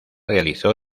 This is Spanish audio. realizó